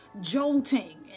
jolting